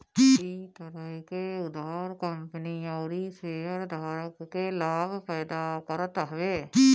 इ तरह के उधार कंपनी अउरी शेयरधारक के लाभ पैदा करत हवे